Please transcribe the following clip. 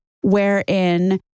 wherein